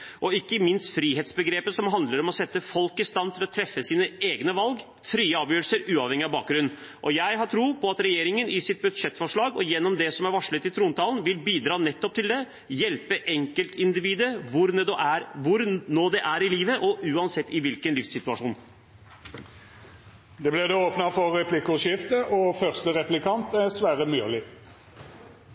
og ikke minst frihetsbegrepet, som handler om å sette folk i stand til å treffe sine egne valg, frie avgjørelser, uavhengig av bakgrunn. Jeg har tro på at regjeringen i sitt budsjettforslag og gjennom det som er varslet i trontalen, vil bidra nettopp til det – hjelpe enkeltindividet hvor det nå er i livet, og uansett i hvilken livssituasjon. Det vert replikkordskifte. I forrige periode var både presidenten, Abid Q. Raja og